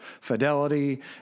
fidelity